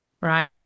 Right